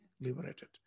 liberated